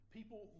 People